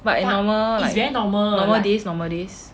but in normal like normal days normal days